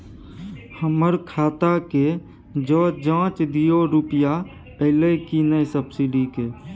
हमर खाता के ज जॉंच दियो रुपिया अइलै की नय सब्सिडी के?